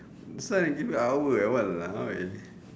this one they hour eh !walao! eh